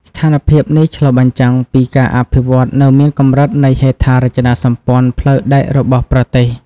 ស្ថានភាពនេះឆ្លុះបញ្ចាំងពីការអភិវឌ្ឍនៅមានកម្រិតនៃហេដ្ឋារចនាសម្ព័ន្ធផ្លូវដែករបស់ប្រទេស។